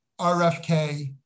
RFK